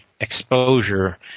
exposure